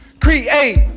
create